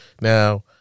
Now